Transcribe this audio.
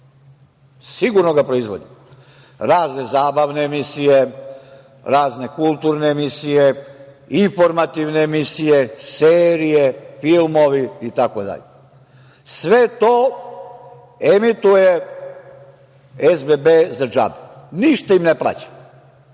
Sigurno ga proizvodi. Razne zabavne emisije, razne kulturne emisije, informativne emisije, serije, filmove, itd. Sve to emituje SBB za džabe. Ništa im ne plaća.